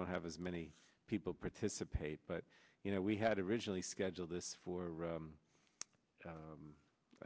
don't have as many people participate but you know we had originally scheduled this for